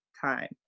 time